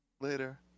Later